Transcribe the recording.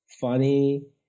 funny